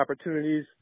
opportunities